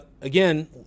again